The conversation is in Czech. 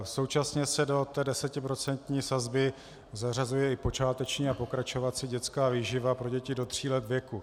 Současně se do té desetiprocentní sazby zařazuje i počáteční a pokračovací dětská výživa pro děti do tří let věku.